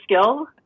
skill